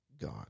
God